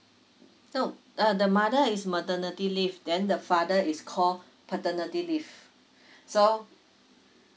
no uh the mother is maternity leave then the father is called paternity leave so